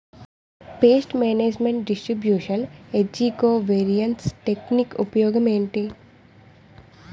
paste management distribution ఏజ్జి covariance technique ఉపయోగం ఏంటి